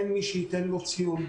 אין מי שייתן לו ציונים.